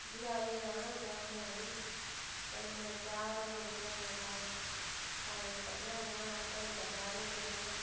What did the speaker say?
बजारे गी जाना होंदा हा में लैने गी पैह्लें में त्यार होना पौना हा घर टाइम कड्ढना पौना हा अद्धा घैंटा त्यार होने गी लाना हा